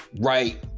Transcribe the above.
right